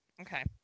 Okay